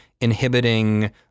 inhibiting